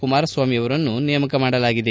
ಕುಮಾರಸ್ವಾಮಿ ಅವರನ್ನು ನೇಮಕ ಮಾಡಲಾಗಿದೆ